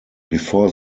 before